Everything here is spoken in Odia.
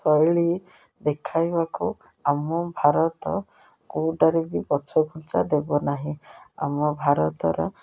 ଶୈଳୀ ଦେଖାଇବାକୁ ଆମ ଭାରତ କେଉଁଟାରେ ବି ପଛଘୁଞ୍ଚା ଦେବ ନାହିଁ ଆମ ଭାରତର